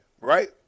right